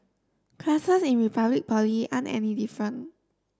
classes in Republic Poly aren't any different